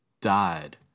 died